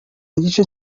gice